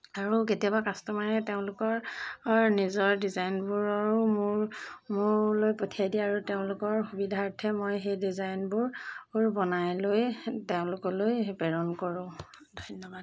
আৰু কেতিয়াবা কাষ্টমাৰে তেওঁলোকৰ নিজৰ ডিজাইনবোৰৰো মোৰ মোলৈ পঠিয়াই দিয়ে আৰু তেওঁলোকৰ সুবিধাৰ্থে মই সেই ডিজাইনবোৰ বনাই লৈ তেওঁলোকলৈ প্ৰেৰণ কৰোঁ ধন্যবাদ